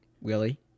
Willie